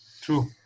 True